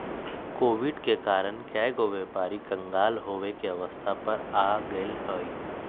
Covid के कारण कएगो व्यापारी क़ँगाल होये के अवस्था पर आ गेल हइ